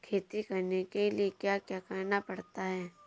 खेती करने के लिए क्या क्या करना पड़ता है?